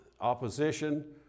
opposition